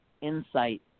insight